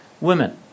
women